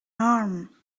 arm